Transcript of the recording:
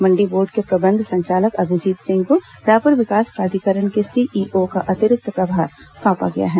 मंडी board के प्रबंध संचालक अभिजीत सिंह को रायपुर विकास प्राधिकरण के सीईओ का अतिरिक्त प्रभार सौंपा गया है